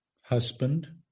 husband